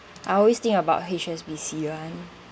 I always think about H_S_B_C [one]